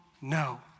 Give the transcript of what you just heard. no